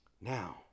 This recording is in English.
now